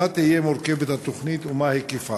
2. ממה תהיה מורכבת התוכנית ומה יהיה היקפה?